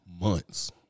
Months